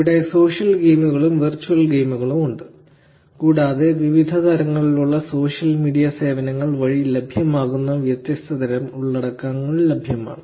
ഇവിടെ സോഷ്യൽ ഗെയിമുകളും വെർച്വൽ ഗെയിമുകളും ഉണ്ട് കൂടാതെ വിവിധ തരത്തിലുള്ള സോഷ്യൽ മീഡിയ സേവനങ്ങൾ വഴി ലഭ്യമാകുന്ന വ്യത്യസ്ത തരം ഉള്ളടക്കങ്ങൾ ലഭ്യമാണ്